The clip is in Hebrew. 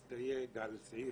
אנחנו עוזרים להם להפסיק לעשן.